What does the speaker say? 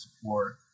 support